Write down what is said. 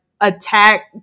attack